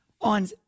on